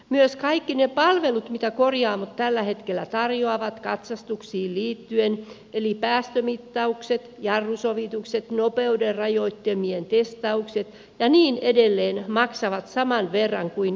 myös kaikki ne palvelut mitä korjaamot tällä hetkellä tarjoavat katsastuksiin liittyen eli päästömittaukset jarrusovitukset nopeudenrajoittimien testaukset ja niin edelleen maksavat saman verran kuin katsastusasemillakin